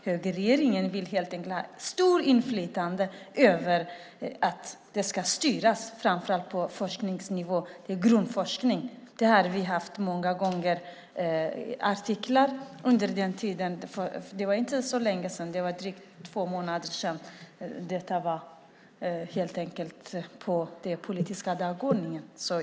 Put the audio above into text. Högerregeringen vill helt enkelt ha ett stort inflytande när det gäller att styra framför allt på forskningsnivå inom grundforskningen. Detta har vi skrivit artiklar om många gånger. Det var inte så länge sedan, drygt två månader sedan, som detta var på den politiska dagordningen.